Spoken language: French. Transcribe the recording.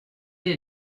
est